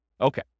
Okay